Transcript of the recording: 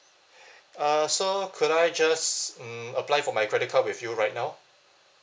uh so could I just mm apply for my credit card with you right now